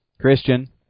Christian